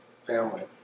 family